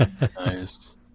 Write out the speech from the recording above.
Nice